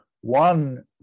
One